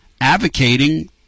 advocating